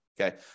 Okay